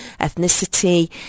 ethnicity